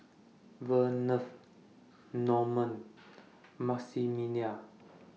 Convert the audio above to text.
Verner Norman Maximillian